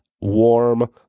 warm